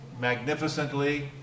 magnificently